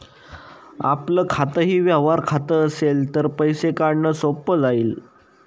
आपलं खातंही व्यवहार खातं असेल तर पैसे काढणं सोपं जाईल